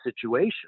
situation